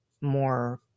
more